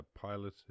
piloted